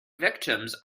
victims